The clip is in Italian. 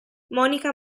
monica